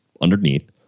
underneath